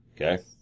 Okay